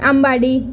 अंबाडी